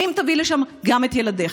האם תביא לשם גם את ילדיך?